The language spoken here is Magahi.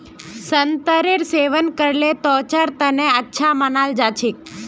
संतरेर सेवन करले त्वचार तना अच्छा मानाल जा छेक